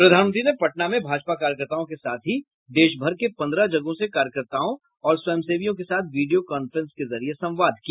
प्रधानमंत्री ने पटना में भाजपा कार्यकर्ताओं के साथ ही देश भर के पंद्रह जगहों से कार्यकर्ताओं और स्वयंसेवियों के साथ वीडियो कांफ्रेंस के जरिये संवाद किया